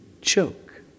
choke